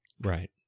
Right